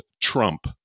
Trump